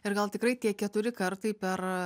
ir gal tikrai tie keturi kartai per